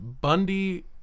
bundy